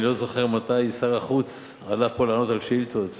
אני לא זוכר מתי שר החוץ עלה פה לענות על שאילתות,